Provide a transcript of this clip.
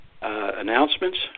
Announcements